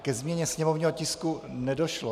Ke změně sněmovního tisku nedošlo.